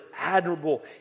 admirable